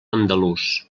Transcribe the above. andalús